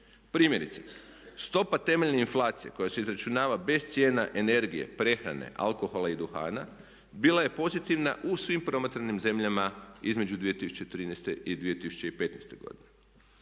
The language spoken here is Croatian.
Primjerice, stopa temeljne inflacije koja se izračunava bez cijena energije, prehrane, alkohola i duhana bila je pozitivna u svim promatranim zemljama između 2013. i 2015. godine.